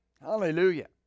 Hallelujah